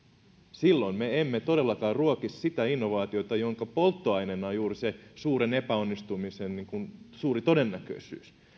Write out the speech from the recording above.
silloin me emme todellakaan ruoki sitä innovaatiota jonka polttoaineena on juuri suuren epäonnistumisen suuri todennäköisyys